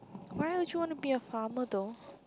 why would you want to be a farmer though